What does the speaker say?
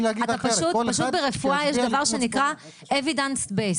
פשוט ברפואה יש דבר שנקרא evidence based.